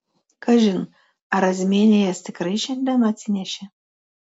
kažin ar razmienė jas tiktai šiandien atsinešė